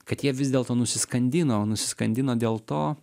kad jie vis dėlto nusiskandino o nusiskandino dėl to